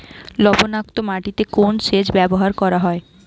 লবণাক্ত মাটিতে কোন সেচ ব্যবহার করা হয়?